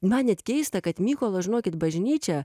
man net keista kad mykolo žinokit bažnyčia